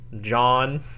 John